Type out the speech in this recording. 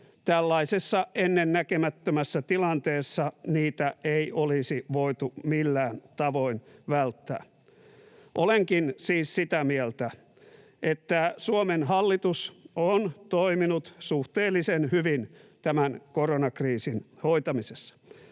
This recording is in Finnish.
tällaisessa ennennäkemättömässä tilanteessa niitä ei olisi voitu millään tavoin välttää. Olenkin siis sitä mieltä, että Suomen hallitus on toiminut suhteellisen hyvin tämän koronakriisin hoitamisessa.